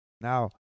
Now